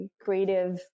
creative